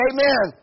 Amen